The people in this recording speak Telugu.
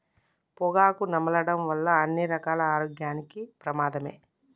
పొగాకు నమలడం వల్ల అన్ని రకాలుగా ఆరోగ్యానికి పెమాదమే